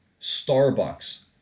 Starbucks